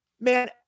man